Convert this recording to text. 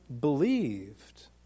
believed